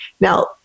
now